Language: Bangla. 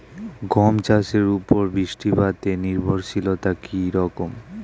গম চাষের উপর বৃষ্টিপাতে নির্ভরশীলতা কী রকম?